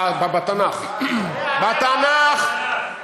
בתנ"ך, בתנ"ך.